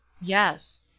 yes